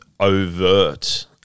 overt